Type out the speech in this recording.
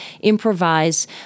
improvise